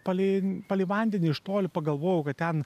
palei palei vandenį iš toli pagalvojau kad ten